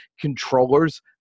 controllers